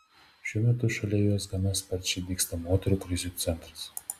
šiuo metu šalia jos gana sparčiai dygsta moterų krizių centras